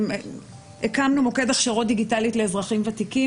הקמנו מוקד הכשרות דיגיטליות לאזרחים ותיקים,